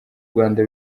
rwanda